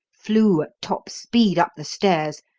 flew at top speed up the stairs,